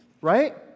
right